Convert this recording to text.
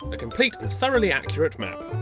a complete, and thoroughly accurate map.